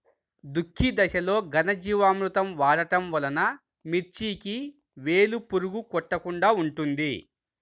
దుక్కి దశలో ఘనజీవామృతం వాడటం వలన మిర్చికి వేలు పురుగు కొట్టకుండా ఉంటుంది?